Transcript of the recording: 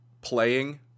playing